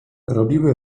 robiły